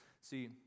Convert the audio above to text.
See